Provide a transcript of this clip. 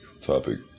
topic